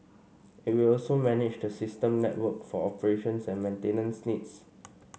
it will also manage the system network for operations and maintenance needs